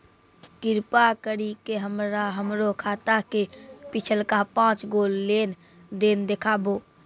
कृपा करि के हमरा हमरो खाता के पिछलका पांच गो लेन देन देखाबो